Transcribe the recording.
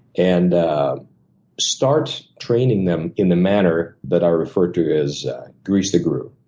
and start training them in the manner that i refer to as grease the groove.